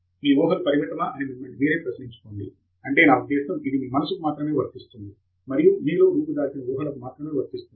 తంగిరాల మీ ఊహలు పరిమితమా అని మిమ్మల్ని మీరే ప్రశ్నించుకోండి అంటే నా ఉద్దేశ్యం ఇది మీ మనసుకు మాత్రమే వర్తిస్తుంది మరియు మీలో రూపు దాల్చిన ఊహలకు మాత్రమే వర్తిస్తుంది